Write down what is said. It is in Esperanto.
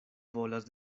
volas